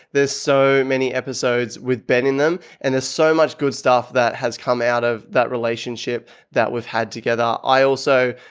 there's so many episodes with ben in them and there's so much good stuff that has come out of that relationship that we've had together. i also,